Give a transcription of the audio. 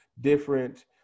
different